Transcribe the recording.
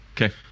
Okay